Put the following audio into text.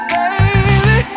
baby